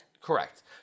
correct